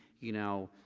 you know,